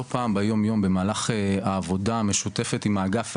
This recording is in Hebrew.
לא פעם ביום-יום במהלך העבודה המשותפת עם האגף,